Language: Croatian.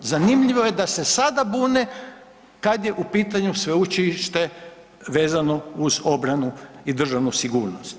Zanimljivo je da se sada bune kad je u pitanju sveučilište vezano uz obranu i državnu sigurnost.